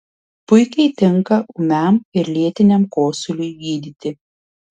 puikiai tinka ūmiam ir lėtiniam kosuliui gydyti